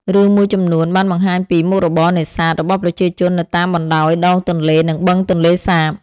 រឿងមួយចំនួនបានបង្ហាញពី មុខរបរនេសាទ របស់ប្រជាជននៅតាមបណ្តោយដងទន្លេ និងបឹងទន្លេសាប។